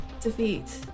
defeat